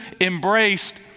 embraced